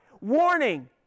Warning